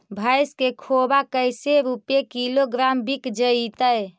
भैस के खोबा कैसे रूपये किलोग्राम बिक जइतै?